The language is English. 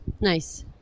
Nice